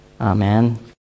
Amen